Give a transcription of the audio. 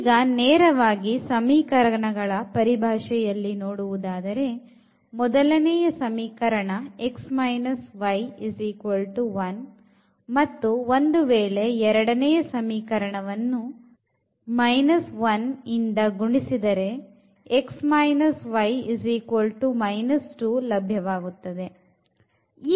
ಈಗ ನೇರವಾಗಿ ಸಮೀಕರಣಗಳ ಪರಿಭಾಷೆಯಲ್ಲಿ ನೋಡುವುದಾದರೆ ಮೊದಲನೆಯ ಸಮೀಕರಣ x y1 ಮತ್ತು ಒಂದು ವೇಳೆ ಎರಡನೆಯ ಸಮೀಕರಣ ವನ್ನು 1 ರಿಂದ ಗುಣಿಸಿದರೆ x y 2 ಲಭ್ಯವಾಗುತ್ತದೆ